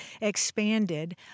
expanded